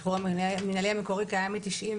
יש שחרור מנהלי מקורי קיים מ-93.